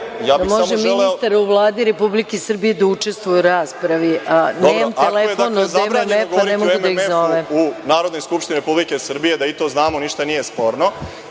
Da može ministar u Vladi Republike Srbije da učestvuje u raspravi, a nemam telefon MMF-a, ne mogu da ih zovem.